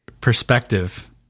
perspective